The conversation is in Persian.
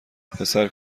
پسر